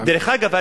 דרך אגב,